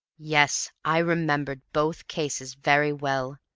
yes, i remembered both cases very well.